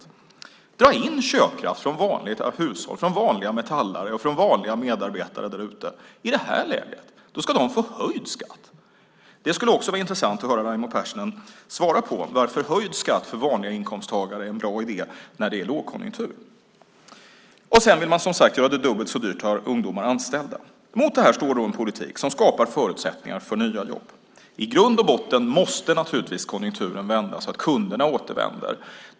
I det här läget vill man dra in köpkraft från vanliga hushåll, vanliga metallarbetare och vanliga medarbetare. De ska få höjd skatt. Det skulle vara intressant att höra Raimo Pärssinen svara på varför höjd skatt för vanliga inkomsttagare är en bra idé när det är lågkonjunktur. Man vill dessutom, som sagt, göra det dubbelt så dyrt att ha ungdomar anställda. Mot detta står en politik som skapar förutsättningar för nya jobb. I grund och botten måste naturligtvis konjunkturen vända så att kunderna återvänder.